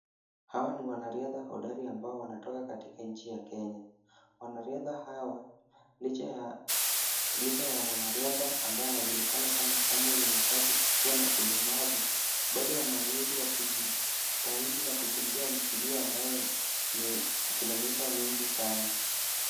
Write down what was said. Hawa ni wanariadha hodari ambao wanatoka nchi ya Kenya. Wanariadha hawa, licha ya mwanariadha ambaye anajulikana kama Samwel Mushai kuwa na ulemavu, bado ana uwezo wa kujitahidi na kukimbia mbio ambayo ni kilomita mingi sana.